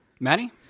Manny